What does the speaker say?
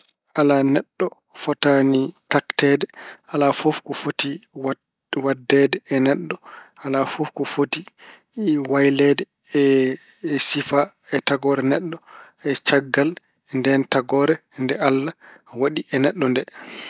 Alaa, neɗɗo fotaani tagteede. Alaa fof ko foti wat- waɗdeede e neɗɗo. Alaa fof ko foti wayleede e- e sifaa, e tagoore neɗɗo, caggal ndeen tagoore nde Allah waɗi e neɗɗo nde.